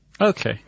Okay